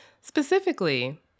Specifically